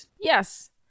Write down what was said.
yes